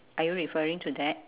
are you referring to that